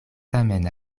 tamen